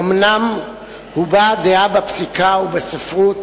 אומנם הובעה הדעה בפסיקה ובספרות